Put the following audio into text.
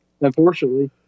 unfortunately